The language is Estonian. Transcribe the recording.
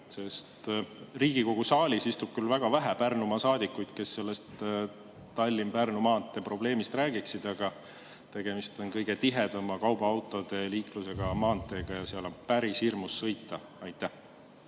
Riigikogu saalis istub küll väga vähe Pärnumaa saadikuid, kes sellest Tallinna–Pärnu maantee probleemist räägiksid, aga tegemist on kõige tihedama kaubaautode liiklusega maanteega ja seal on päris hirmus sõita. Aitäh,